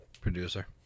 producer